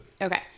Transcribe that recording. Okay